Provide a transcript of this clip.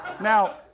Now